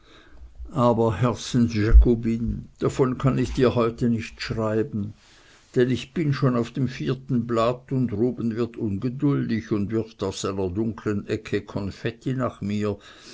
aber herzens jakobine davon kann ich dir heute nicht schreiben denn ich bin schon auf dem vierten blatt und ruben wird ungeduldig und wirft aus seiner dunklen ecke konfetti nach mir